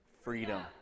freedom